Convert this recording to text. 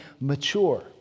mature